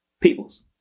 Peoples